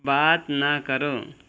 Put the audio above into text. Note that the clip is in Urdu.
بات نہ کرو